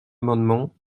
amendement